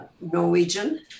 Norwegian